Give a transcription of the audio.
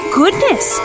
Goodness